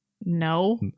no